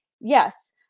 Yes